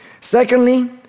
Secondly